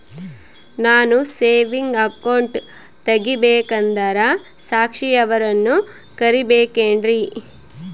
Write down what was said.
ನಾನು saving account ತೆಗಿಬೇಕಂದರ ಸಾಕ್ಷಿಯವರನ್ನು ಕರಿಬೇಕಿನ್ರಿ?